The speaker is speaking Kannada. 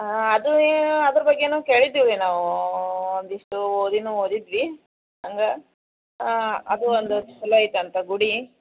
ಹಾಂ ಅದು ಅದ್ರ ಬಗ್ಗೆನು ಕೇಳಿದೀವಿ ರೀ ನಾವು ಒಂದಿಷ್ಟು ಓದಿನು ಓದಿದ್ವಿ ಹಾಗ ಅದು ಒಂದು ಚಲೋ ಐತೆ ಅಂತ ಗುಡಿ